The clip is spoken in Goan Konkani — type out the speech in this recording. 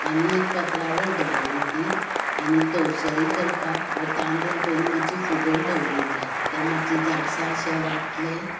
आनी एक पत्रावल दवरली ती आनी तवसळी करपाक तांदूळ पयलीं मातशे फुगोवन दवरपाक जाय ते मातशे वांटले